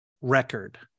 record